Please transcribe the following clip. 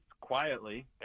quietly